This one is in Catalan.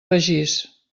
begís